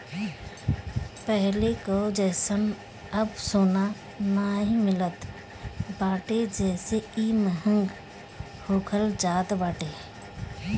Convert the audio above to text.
पहिले कअ जइसन अब सोना नाइ मिलत बाटे जेसे इ महंग होखल जात बाटे